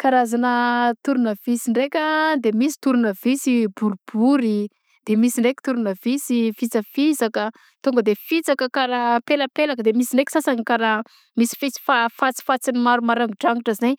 Karazana tornavisy ndraika de misy tornavisy boribory de misy ndraika tornavisy fisafisaka tonga de fitsaka karaha pelapelaka de misy ndraiky sasany karaha misy fisfa- fatsifatsiny maro maranidranitra zegny